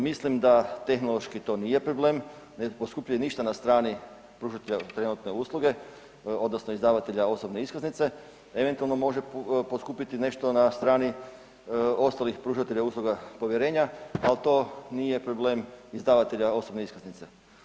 Mislim da tehnološki to nije problem ne poskupljuje ništa na strani pružatelja trenutne usluge odnosno izdavatelja osobne iskaznice eventualno može poskupiti nešto na strani ostalih pružatelja usluga povjerenja, al to nije problem izdavatelja osobne iskaznice.